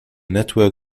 network